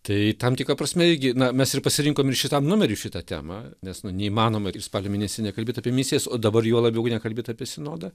tai tam tikra prasme irgi na mes ir pasirinkom ir šitam numeriui šitą temą nes nu neįmanoma ir spalio mėnesį nekalbėt apie misijas o dabar juo labiau nekalbėt apie sinodą